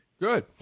Good